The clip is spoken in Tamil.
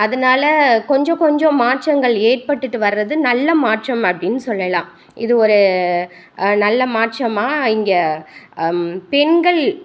அதனால் கொஞ்சம் கொஞ்சம் மாற்றங்கள் ஏற்பட்டுகிட்டு வர்றது நல்ல மாற்றம் அப்படின்னு சொல்லலாம் இது ஒரு நல்ல மாற்றமாக இங்கே பெண்கள்